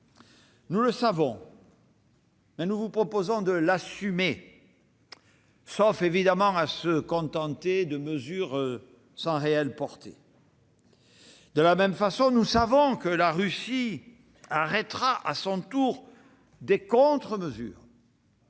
Nous le savons et nous vous proposons de l'assumer, sauf à se contenter de mesures sans réelle portée. Bien sûr, nous savons que la Russie arrêtera à son tour des contre-mesures